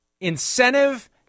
incentive